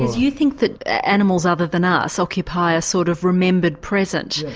you think that animals other than us occupy a sort of remembered present.